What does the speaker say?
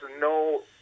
no